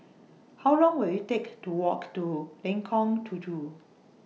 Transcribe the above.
How Long Will IT Take to Walk to Lengkong Tujuh